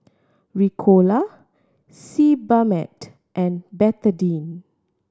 Ricola Sebamed and Betadine